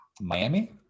Miami